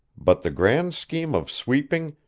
but the grand scheme of sweeping,